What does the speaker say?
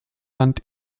land